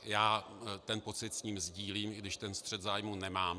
Já ten pocit s ním sdílím, i když střet zájmů nemám.